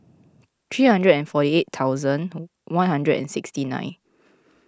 three hundred and forty eight thousand one hundred and sixty nine